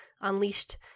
unleashed